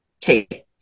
take